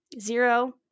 zero